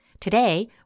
Today